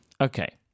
Okay